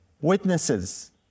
witnesses